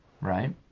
right